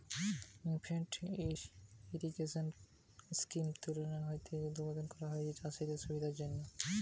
lift irrigation scheme Telangana তে উদ্ঘাটন করা হতিছে চাষিদের সুবিধার জিনে